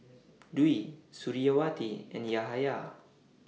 Dwi Suriawati and Yahaya